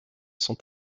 sont